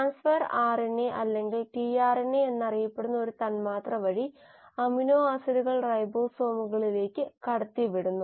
transfer RNA അല്ലെങ്കിൽ tRNA എന്നറിയപ്പെടുന്ന ഒരു തന്മാത്ര വഴി അമിനോ ആസിഡുകൾ റൈബോസോമുകളിലേക്ക് കടത്തിവിടുന്നു